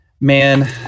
man